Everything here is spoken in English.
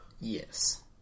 Yes